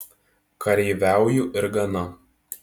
kareiviauju ir gana